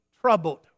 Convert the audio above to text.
troubled